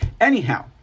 Anyhow